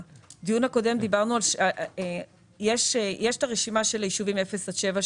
יש רשימת יישובים 0 עד 7,